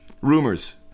Rumors